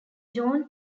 john